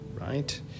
right